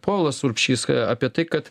povilas urbšys apie tai kad